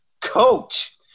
coach